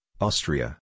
Austria